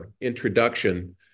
introduction